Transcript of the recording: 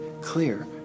clear